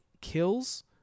kills